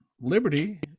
Liberty